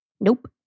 Nope